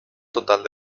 total